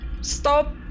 Stop